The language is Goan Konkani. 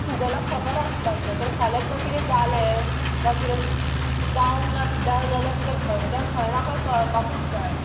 गुगलाक खबर आसपाक जाय कित्याक फाल्यां तुका किरें जालें वा किदें ज् जावंक ना सुद्दा जाल्यार तुज्या घरच्यांक खंय ना खंय कळपाकूच जाय